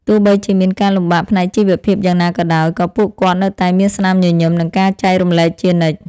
ទោះបីជាមានការលំបាកផ្នែកជីវភាពយ៉ាងណាក៏ដោយ ក៏ពួកគាត់នៅតែមានស្នាមញញឹម និងការចែករំលែកជានិច្ច។